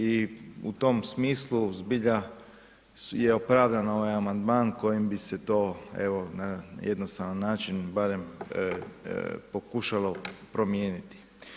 I u tom smislu zbilja je opravdan ovaj amandman kojim bi se to evo na jednostavan način barem pokušalo promijeniti.